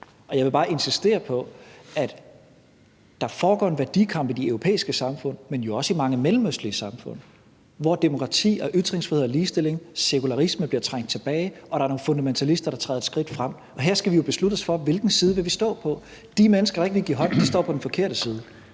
sag. Jeg vil bare insistere på, at der foregår en værdikamp i de europæiske samfund, men jo også i mange mellemøstlige samfund, hvor demokrati og ytringsfrihed og ligestilling – sekularisme – bliver trængt tilbage, og hvor nogle fundamentalister træder et skridt frem. Og her skal vi jo beslutte os for, hvilken side vi vil stå på. De mennesker, der ikke vil give hånd, står på den forkerte side.